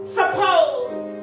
suppose